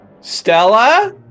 Stella